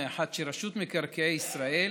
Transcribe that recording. מאחר שרשות מקרקעי ישראל